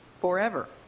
forever